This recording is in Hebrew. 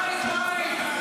בית-בית,